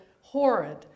horrid